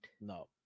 No